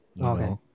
Okay